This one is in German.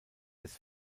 des